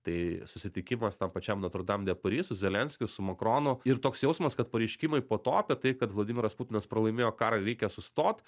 tai susitikimas tam pačiam notrdam de pari su zelenskiu su makronu ir toks jausmas kad pareiškimai po to apie tai kad vladimiras putinas pralaimėjo karą reikia sustot